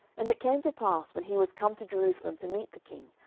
and it came to pass, when he was come to jerusalem to meet the king,